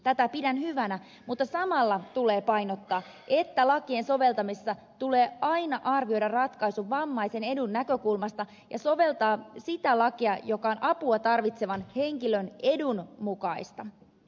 tätä pidän hyvänä mutta samalla tulee painottaa että lakien soveltamisessa tulee aina arvioida ratkaisu vammaisen edun näkökulmasta ja soveltaa sitä lakia joka on apua tarvitsevan henkilön edun mukainen